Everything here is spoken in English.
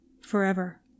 Forever